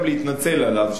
גם להתנצל עליו,